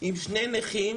עם שני נכים